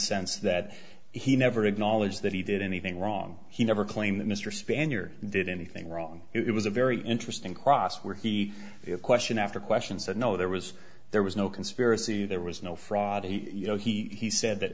sense that he never acknowledged that he did anything wrong he never claimed that mr spanier did anything wrong it was a very interesting cross where he question after question said no there was there was no conspiracy there was no fraud you know he said that